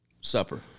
Supper